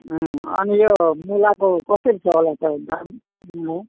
उम् अनि यो मुलाको कसरी छ होला त दाम